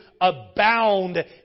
abound